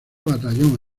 batallón